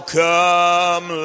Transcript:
come